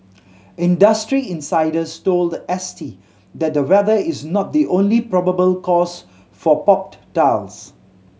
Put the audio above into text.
industry insiders told S T that the weather is not the only probable cause for popped tiles